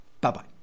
Bye-bye